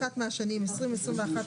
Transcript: עשינו את התהליכים האלה,